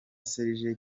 serge